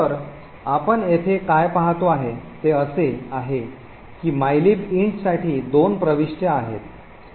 तर आपण येथे काय पाहतो आहे ते असे आहे की मायलिब इंटसाठी mylib int दोन प्रविष्ट्या आहेत